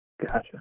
Gotcha